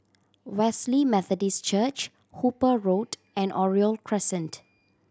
Wesley Methodist Church Hooper Road and Oriole Crescent